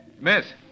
Miss